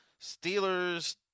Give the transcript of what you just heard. Steelers